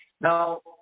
Now